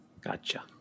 Gotcha